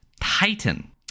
Titan